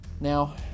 now